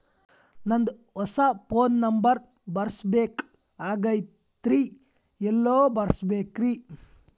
ನಂದ ಹೊಸಾ phone number ಬರಸಬೇಕ್ ಆಗೈತ್ರಿ ಎಲ್ಲೆ ಬರಸ್ಬೇಕ್ರಿ?